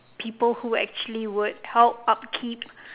people who actually would help upkeep